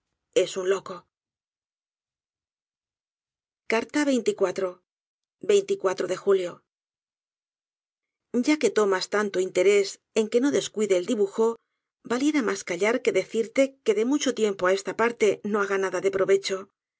es un loco de julio ya que te tomas tanto interés en que no descuidé el dibujo valiera mas callar que decirte que de mucho tiempo á esta parte no haga nada de provecho